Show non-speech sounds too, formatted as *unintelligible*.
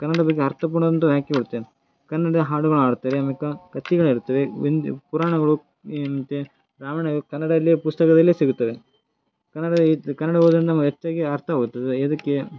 ಕನ್ನಡ ಬಗ್ಗೆ ಅರ್ಥಪೂರ್ಣ ಒಂದು ವಾಕ್ಯ ಇರುತ್ತೆ ಕನ್ನಡ ಹಾಡು ಹಾಡ್ತೇವೆ ಆಮ್ಯಾಕೆ ಕತೆಗಳಿರ್ತವೆ ವಿಂದ್ಯ್ ಪುರಾಣಗಳು *unintelligible* ಕನ್ನಡದಲ್ಲೇ ಪುಸ್ತಕದಲ್ಲೆ ಸಿಗುತ್ತವೆ ಕನ್ನಡ ಇದು ಕನ್ನಡ ಓದ್ರೆ ನಾವು ಹೆಚ್ಚಾಗಿ ಅರ್ಥ ಆಗುತ್ತದೆ ಎದಕ್ಕೆ